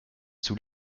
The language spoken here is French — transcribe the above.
sous